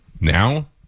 Now